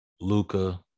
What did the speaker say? Luca